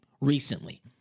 recently